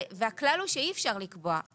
והכלל הוא שאי אפשר לגרוע,